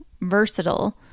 versatile